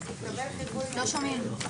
(ב)